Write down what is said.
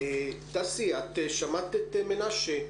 דסי, שמעת את מנשה?